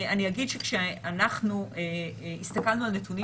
אני אגיד שכשאנחנו הסתכלנו על נתונים